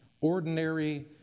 Ordinary